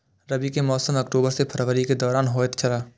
रबी के मौसम अक्टूबर से फरवरी के दौरान होतय छला